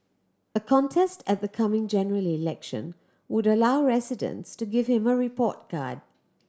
a contest at the coming General Election would allow residents to give him a report card